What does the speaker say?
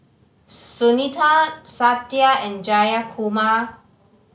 Sunita Satya and Jayakumar